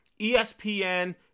ESPN